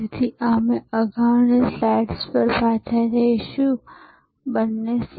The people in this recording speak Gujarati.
તેથી અમે અગાઉની સ્લાઇડ્સ પર પાછા જઈશું બંને સી